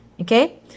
Okay